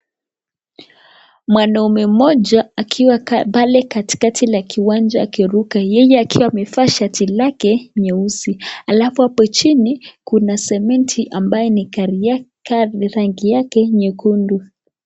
Mwanamume mmoja akiwa pale katikati ya kiwanja akiruka yeye akiwa amevaa shati lake nyeusi alafu apo chini kuna sementi ambaye rangi yake nyekundu.